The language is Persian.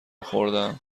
خوردهام